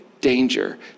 danger